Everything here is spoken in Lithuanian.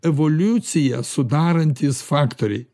evoliuciją sudarantys faktoriai